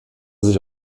sich